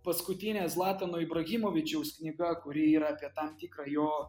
paskutinė zlatano ibrahimovičiaus knyga kuri yra apie tam tikrą jo